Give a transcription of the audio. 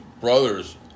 brothers